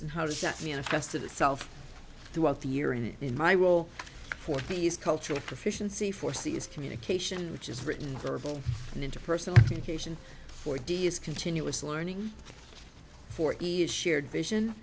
and how does that mean a festive itself throughout the year and in my role for these cultural proficiency for c is communication which is written verbal and interpersonal communication four d is continuous learning for each shared vision